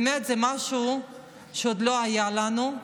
באמת זה משהו שעוד לא היה לנו.